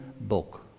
book